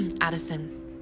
Addison